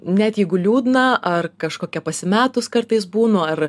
net jeigu liūdna ar kažkokia pasimetus kartais būnu ar